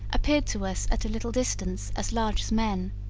appeared to us at little distance as large as men